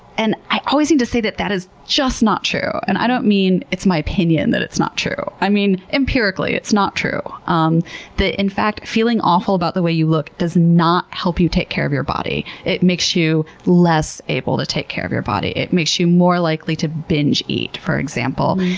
and i always need to say, that that is just not true. and i don't mean it's my opinion that it's not true. i mean, empirically, it's not true. um in fact, feeling awful about the way you look does not help you take care of your body. it makes you less able to take care of your body. it makes you more likely to binge eat, for example.